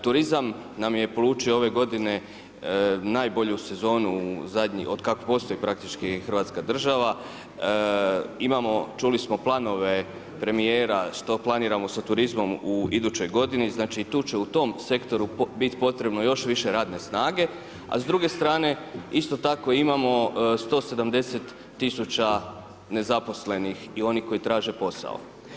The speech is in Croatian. Turizam nam je polučio ove godine najbolju sezonu otkako postoji praktički hrvatska država, imamo čuli smo planove premijera što planiramo sa turizmom u idućoj godini, znači i tu će u tom sektoru biti potrebno još više radne snage a s druge strane isto tako imamo 170 tisuća nezaposlenih i onih koji traže posao.